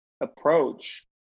approach